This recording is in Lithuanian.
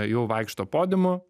jau vaikšto podiumu